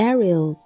Ariel